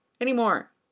anymore